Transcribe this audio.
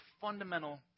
fundamental